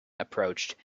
approached